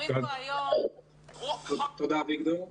תודה, אביגדור.